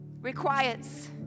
requires